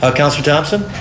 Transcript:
ah counsellor thomson